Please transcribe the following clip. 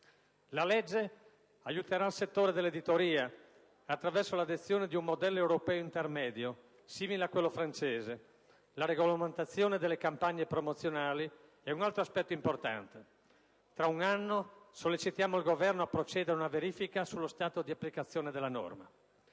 La legge aiuterà il settore dell'editoria, attraverso l'adozione di un modello europeo intermedio, simile a quello francese. La regolamentazione delle campagne promozionali è un altro aspetto importante. Tra un anno sollecitiamo il Governo a procedere a una verifica sullo stato di applicazione della norma.